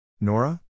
Nora